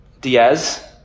Diaz